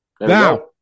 Now